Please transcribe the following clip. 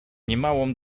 niemałą